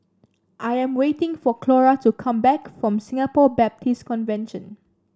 I am waiting for Clora to come back from Singapore Baptist Convention